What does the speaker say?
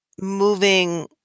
moving